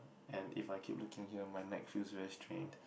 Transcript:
and if I keep looking here my neck feels very strained